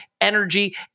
energy